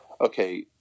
okay